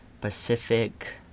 Pacific